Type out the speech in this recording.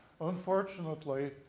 Unfortunately